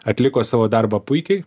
atliko savo darbą puikiai